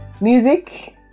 Music